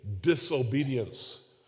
disobedience